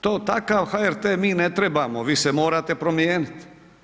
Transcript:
To takav HRT mi ne trebamo, vi se morate promijeniti.